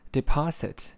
？Deposit